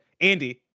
Andy